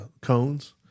cones